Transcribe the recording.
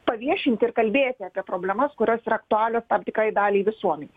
paviešinti ir kalbėti apie problemas kurios yra aktualios tam tikrai daliai visuomenės